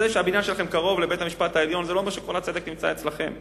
זה שהבניין שלכם קרוב לבית-המשפט העליון לא אומר שכל הצדק נמצא אצלכם.